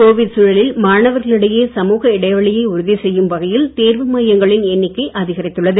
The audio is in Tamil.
கோவிட் சூழலில் மாணவர்களிடையே சமுக இடைவெளியை உறுதி செய்யும் வகையில் தேர்வு மையங்களின் எண்ணிக்கை அதிகரித்துள்ளது